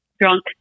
drunk